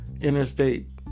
interstate